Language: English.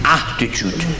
attitude